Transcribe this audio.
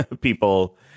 people